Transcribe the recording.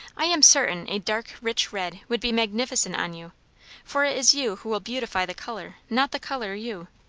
i am certain a dark, rich red would be magnificent on you for it is you who will beautify the colour, not the colour you.